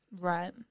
Right